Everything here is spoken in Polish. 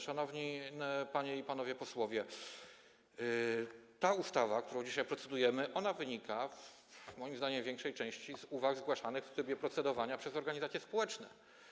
Szanowne panie i szanowni panowie posłowie, ta ustawa, którą dzisiaj procedujemy, wynika moim zdaniem w większej części z uwag zgłaszanych w trybie procedowania przez organizacje społeczne.